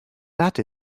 that